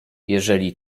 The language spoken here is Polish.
jeżeli